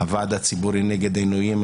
הוועדה הציבורי נגד עינויים.